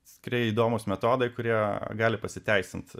skiriai įdomūs metodai kurie gali pasiteisint